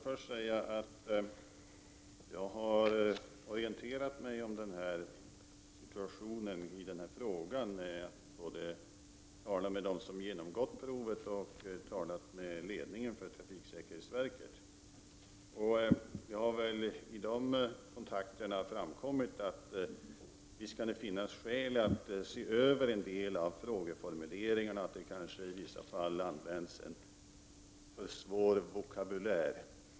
Fru talman! Jag har orienterat mig om situationen när det gäller den här frågan. Jag har talat både med dem som har genomgått provet och med ledningen för trafiksäkerhetsverket. Vid dessa kontakter har det framkommit att det visst kan finnas skäl att se över en del av frågeformuleringarna, efter som det i vissa fall kanske används en för svår vokabulär.